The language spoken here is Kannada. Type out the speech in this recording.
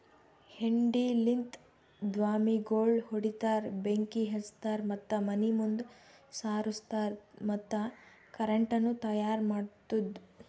ಹೆಂಡಿಲಿಂತ್ ದ್ವಾಮಿಗೋಳ್ ಹೊಡಿತಾರ್, ಬೆಂಕಿ ಹಚ್ತಾರ್ ಮತ್ತ ಮನಿ ಮುಂದ್ ಸಾರುಸ್ತಾರ್ ಮತ್ತ ಕರೆಂಟನು ತೈಯಾರ್ ಮಾಡ್ತುದ್